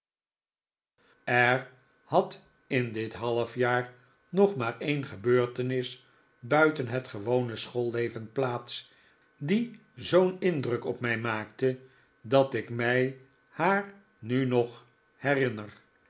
er had in dit halfjaar nog maar een gebeurtenis buiten het gewone schoolleven plaats die zoo'n indruk op mij maakte dat ik mij haar nu nog herinner